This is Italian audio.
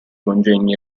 congegni